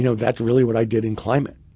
you know that's really what i did in climate.